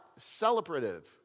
celebrative